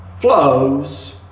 flows